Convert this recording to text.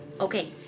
Okay